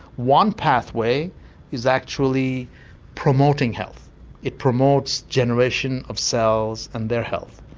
one pathway is actually promoting health it promotes generation of cells and their health.